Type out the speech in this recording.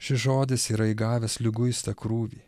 šis žodis yra įgavęs liguistą krūvį